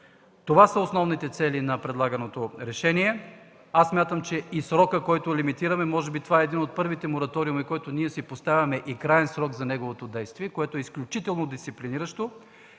Това са основните цели на предлаганото решение. Аз смятам, че и срокът, който лимитираме – може би това е един от първите мораториуми, за който си поставяме и краен срок за неговото действие, което е изключително дисциплиниращо.